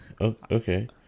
okay